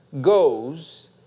goes